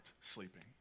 sleeping